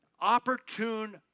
opportune